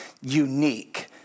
unique